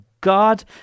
God